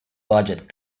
budget